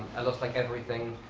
i lost like everything,